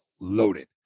loaded